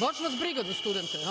Baš vas briga za studente?